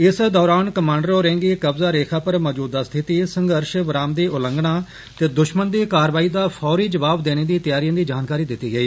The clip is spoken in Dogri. इस दौरान कमांडर होरें गी कब्जा रेखा पर मौजूदा स्थिति संघर्श विराम दी उल्लंघना ते दुष्मन दी कार्रवाई दा फौरी जवाब देने दी त्यारिएं दी जानकारी दित्ती गेई